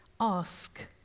ask